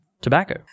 tobacco